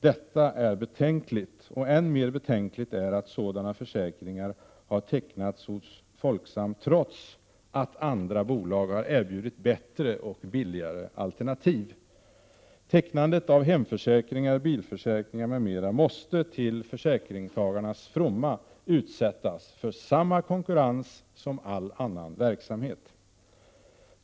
Detta är betänkligt, och än mer betänkligt är att sådana försäkringar har tecknats hos Folksam trots att andra bolag har erbjudit bättre och billigare alternativ. Tecknandet av hemförsäkringar, bilförsäkringar m.m. måste till försäkringstagarnas fromma utsättas för samma konkurrens som all annan verksamhet.